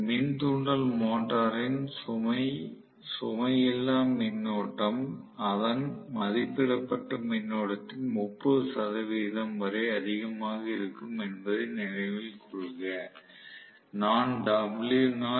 மின் தூண்டல் மோட்டரின் சுமை இல்லா மின்னோட்டம் அதன் மதிப்பிடப்பட்ட மின்னோட்டத்தின் 30 சதவிகிதம் வரை அதிகமாக இருக்கும் என்பதை நினைவில் கொள்க